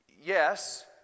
yes